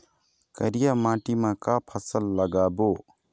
करिया माटी म का फसल लगाबो?